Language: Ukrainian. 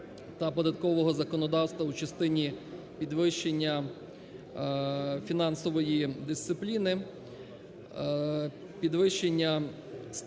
та податкового законодавства у частині підвищення фінансової дисципліни, підвищення ставки